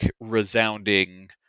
resounding